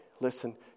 Listen